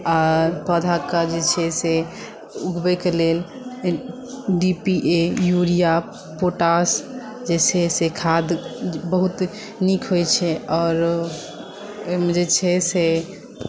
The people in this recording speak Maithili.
आ पौधाके जे छै से उगबयके लेल D P A urea potash जे छै से खाद बहुत नीक होइत छै आओरो एहिमे जे छै से